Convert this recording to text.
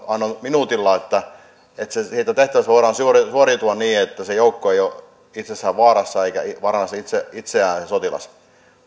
minuutilla että siitä tehtävästä voidaan suoriutua niin että se joukko ei ole itsessään vaarassa eikä se sotilas vaaranna itseään